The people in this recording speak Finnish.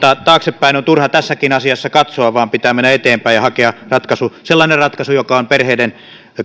taaksepäin on turha tässäkin asiassa katsoa vaan pitää mennä eteenpäin ja hakea sellainen ratkaisu joka on perheiden